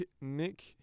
Nick